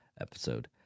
episode